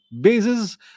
bases